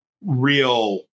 real